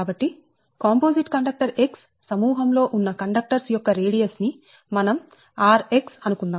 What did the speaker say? కాబట్టి composite conductor X సమూహం లో ఉన్న కండక్టర్స్ యొక్క రేడియస్ ని మనం rx అనుకుందాం